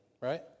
right